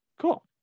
cool